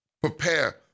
prepare